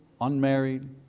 unmarried